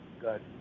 Good